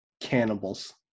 cannibals